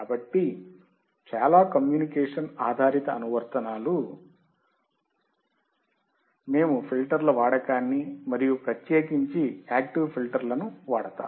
కాబట్టి చాలా కమ్యూనికేషన్ ఆధారిత అనువర్తనాలు మేము ఫిల్టర్ల వాడకాన్ని మరియు ప్రత్యేకించి యాక్టివ్ ఫిల్టర్లను వాడతాము